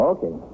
Okay